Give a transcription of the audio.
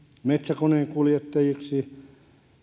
metsäkoneen kuljettajiksi